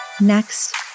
next